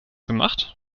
gemacht